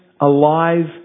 alive